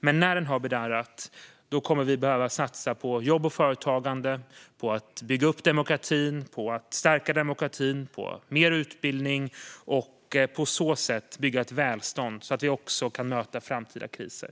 Men när den har bedarrat kommer vi att behöva satsa på jobb och företagande, på mer utbildning och på att stärka demokratin för att på så sätt bygga ett välstånd så att vi också kan möta framtida kriser.